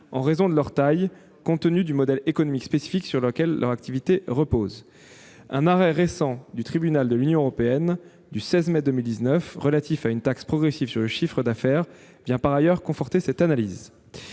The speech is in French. en raison de leur taille, compte tenu du modèle économique spécifique sur lequel leur activité repose. Un arrêt du Tribunal de l'Union européenne du 16 mai 2019 relatif à une taxe progressive sur le chiffre d'affaires vient par ailleurs conforter cette analyse.